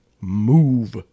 move